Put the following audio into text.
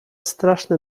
straszne